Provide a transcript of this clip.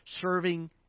serving